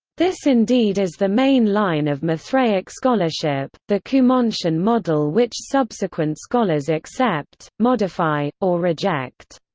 this indeed is the main line of mithraic scholarship, the cumontian model which subsequent scholars accept, modify, or reject.